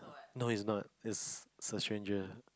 no is not it's a stranger